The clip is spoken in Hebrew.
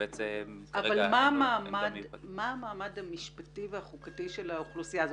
מה המעמד המשפטי והחוקתי של האוכלוסייה הזאת?